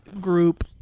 group